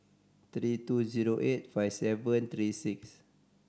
three two zero eight five seven three six